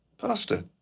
Pastor